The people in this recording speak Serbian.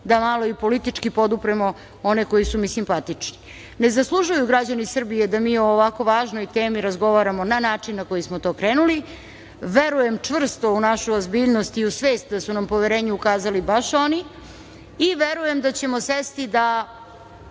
da malo i politički podupremo one koji su mi simpatični. Ne zaslužuju građani Srbije da mi o ovako važnoj temi razgovaramo na način na koji smo to krenuli. Verujem čvrsto u našu ozbiljnost i u svest da su nam poverenje ukazali baš oni. Verujem da ćemo sesti da